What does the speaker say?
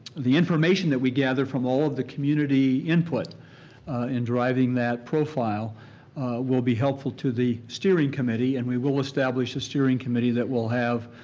information that we gather from all of the community input in deriving that profile will be helpful to the steering committee and we will establish a steering committee that will have,